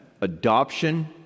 adoption